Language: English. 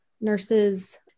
nurses